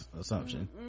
assumption